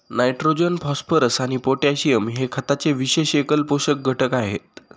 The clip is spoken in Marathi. नायट्रोजन, फॉस्फरस आणि पोटॅशियम हे खताचे विशेष एकल पोषक घटक आहेत